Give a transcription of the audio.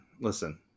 listen